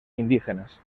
indígenas